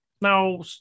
now